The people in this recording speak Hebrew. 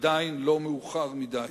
עדיין לא מאוחר מדי.